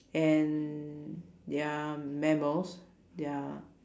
and they're mammals they're